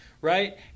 right